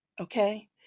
okay